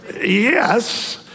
Yes